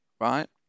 right